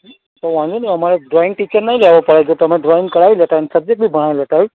તો વાંધો નહીં અમારે ડ્રોઈંગ ટીચરને લેવા પડે જો તમે ડ્રોઈંગ કરાવી લેતા હોય ને સબ્જેક્ટ પણ ભણાવી લેતા હોય